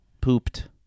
pooped